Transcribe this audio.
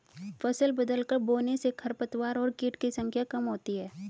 फसल बदलकर बोने से खरपतवार और कीट की संख्या कम होती है